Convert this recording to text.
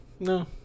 No